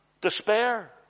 Despair